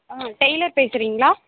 ஆ tailor பேசுகிறீங்களா